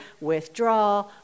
withdraw